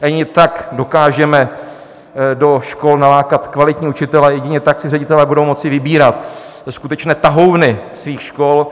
Jedině tak dokážeme do škol nalákat kvalitní učitele, jedině tak ředitelé budou moci vybírat skutečné tahouny svých škol.